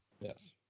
Yes